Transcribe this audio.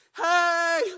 hey